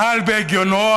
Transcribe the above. דל בהגיונו,